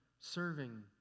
serving